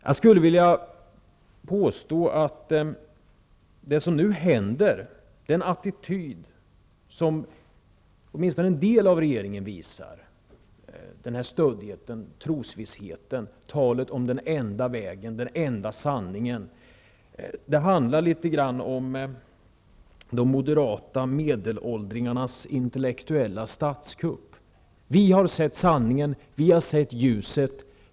Jag skulle vilja påstå att det som nu händer, den attityd som åtminstone en del av regeringens ledamöter visar -- stöddigheten, trosvissheten, talet om den enda vägen och den enda sanningen -- är något av de moderata medelåldringarnas intellektuella statskupp: Vi har sett sanningen. Vi har sett ljuset.